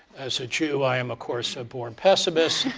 as a jew, i am, of course, a born pessimist.